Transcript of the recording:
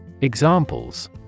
Examples